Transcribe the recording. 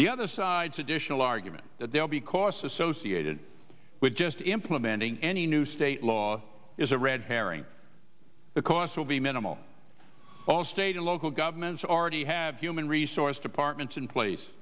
the other side's additional argument that there will be costs associated with just implementing any new state law is a red herring the cost will be minimal all state and local governments are ready have human resource departments in place